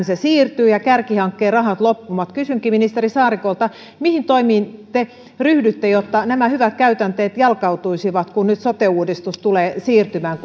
se siirtyy ja kärkihankkeen rahat loppuvat kysynkin ministeri saarikolta mihin toimiin te ryhdytte jotta nämä hyvät käytänteet jalkautuisivat kun nyt sote uudistus tulee siirtymään